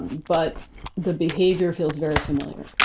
but the behavior feels very familiar